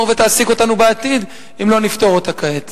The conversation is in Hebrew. ותעסיק אותנו בעתיד אם לא נפתור אותה כעת.